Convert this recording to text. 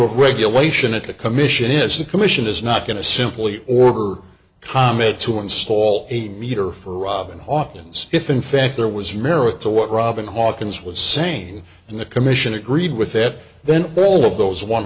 of regulation at the commission is the commission is not going to simply order comet to install a meter for robin hawkins if in fact there was merit to what robin hawkins was sane and the commission agreed with it then all of those one